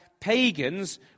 Pagans